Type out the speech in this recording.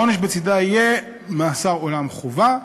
שהעונש בצדה יהיה מאסר עולם חובה.